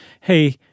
hey